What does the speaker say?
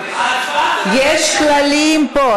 יש כללים פה.